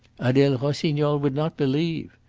adele rossignol would not believe.